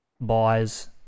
buys